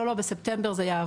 לא לא בספטמבר זה יעבוד,